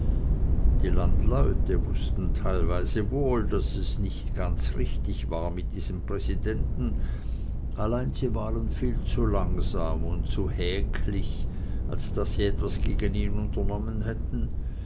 die landleute wußten teilweise wohl daß es nicht ganz richtig war mit diesem präsidenten allein sie waren viel zu langsam und zu häklich als daß sie etwas gegen ihn unternommen hätten